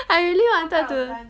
I really wanted to